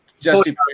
Jesse